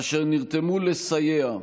אשר נרתמו לסייע,